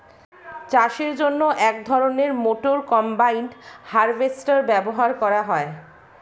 চাষের জন্য এক ধরনের মোটর কম্বাইন হারভেস্টার ব্যবহার করা হয়